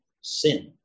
sin